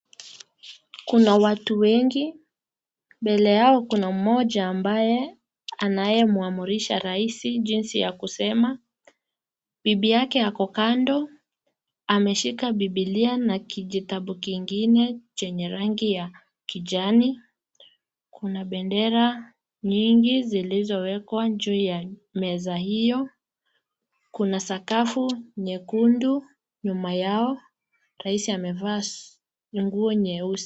Kuna watu wengi. Mbele yao kuna mmoja ambaye anayemuamrisha rais jinsi ya kusema. Bibi yake ako kando. Ameshika bibilia na kijitabu kingine chenye rangi ya kijani. Kuna bendera nyingi zilizowekwa juu ya meza hiyo. Kuna sakafu nyekundu nyuma yao. Rais amevaa nguo nyeusi.